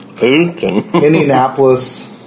Indianapolis